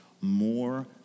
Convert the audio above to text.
more